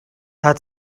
hat